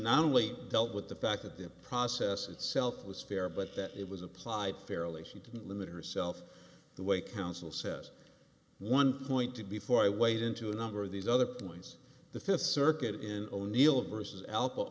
not only dealt with the fact that the process itself was fair but that it was applied fairly she didn't limit herself the way counsel says one point to before i wade into a number of these other points the fifth circuit in o'neil immerses al